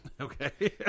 Okay